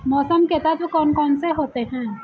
मौसम के तत्व कौन कौन से होते हैं?